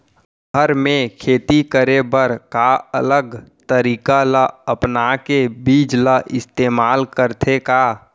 घर मे खेती करे बर का अलग तरीका ला अपना के बीज ला इस्तेमाल करथें का?